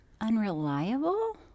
Unreliable